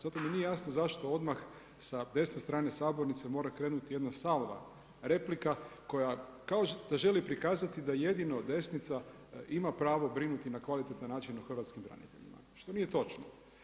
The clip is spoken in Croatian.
Zato mi nije jasno zašto odmah sa desne strane sabornice mora krenuti jedna salva replika koja kao da želi prikazati da jedino desnica ima pravo brinuti na kvalitetan način o hrvatskim braniteljima, što nije točno.